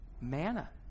manna